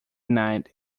night